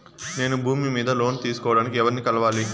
నేను భూమి మీద లోను తీసుకోడానికి ఎవర్ని కలవాలి?